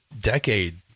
decade